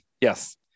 Yes